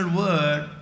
word